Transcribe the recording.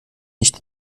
nicht